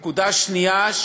נקודה שנייה,